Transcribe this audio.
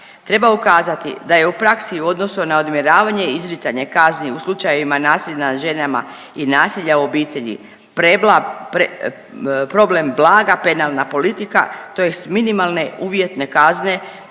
Treba ukazati da je u praksi u odnosu na odmjeravanje i izricanje kazni u slučajevima nasilja nad ženama i nasilja u obitelji problem blaga penalna politika, tj. Minimalne uvjetne kazne